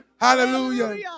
Hallelujah